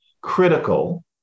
critical